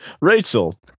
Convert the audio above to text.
rachel